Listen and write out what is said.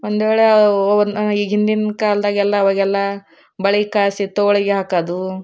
ಒಂದು ವೇಳೆ ಅವು ಅವುನ್ನ ಈಗ ಹಿಂದಿನ ಕಾಲದಾಗೆಲ್ಲ ಅವಾಗೆಲ್ಲ ಬಳೆ ಕಾಯಿಸಿ ತೋಳಿಗೆ ಹಾಕೋದು